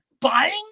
buying